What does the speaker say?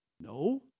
No